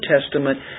Testament